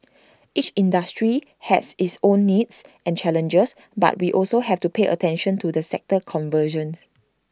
each industry has its own needs and challenges but we also have to pay attention to the sector convergence